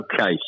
Okay